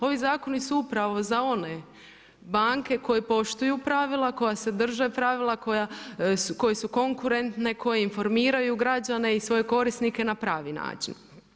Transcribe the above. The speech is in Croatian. Ovi zakoni su upravo za one banke koje poštuju pravila, koja se drže pravila, koje su konkurentne, koje informiraju građane i svoje korisnike na pravi način.